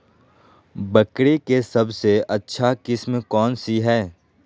बकरी के सबसे अच्छा किस्म कौन सी है?